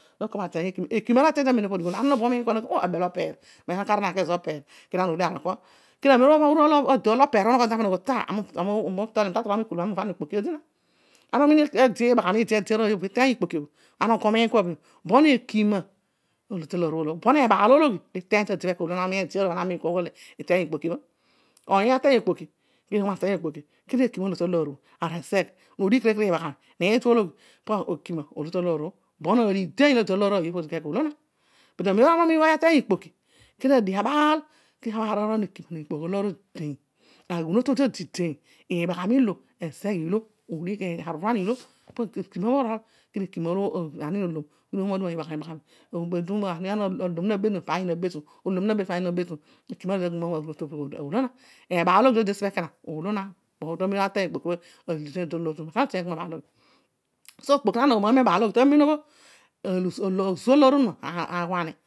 Anakol ana ateiy ekima, ekima la ana uteiy amem opobhō ōolō ana va monol ko opeer, oseghe ma dōol to opeer onogho zina pana oghol ta aami uvana dio morol kodi na ana umiin iibaghami ede aroiy obho iteiy ikpoki ō, bon ekima ōolo, ebaal ologhi liteiy tade bho ōolo mobo bho ana miin kua bhiteiy ikpoki ō. Ana weiy okpoki kedio etulan ōolo taloor ō, arazegh no digh kere kere iibaghami, niitua ōloghi, pekima oolo talōor ō ana umiin oiy lateiy okpoki, kedio adio abaal, eghunotu odi deiy ani nolom kedio ōoma aduaa iibaghami iibaghami, ōlōm na betunu pa ani na betunu, ōlōm na betunu, pani na betunu ebaal ologhi lodi tesiōpōbhō ekana ōolo na olo ana ta ateiy okpoki bha alideiy ilo taloor onuma, ka ana uteiy eko mo kpoki? So okpoki na nogho moiy mebaalologhi tamem ōlo ōzu alōor onuma aghua ni.